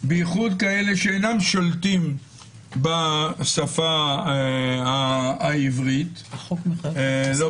בייחוד כאלה שאינם שולטים בשפה העברית לא